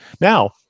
Now